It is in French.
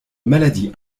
maladie